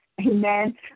Amen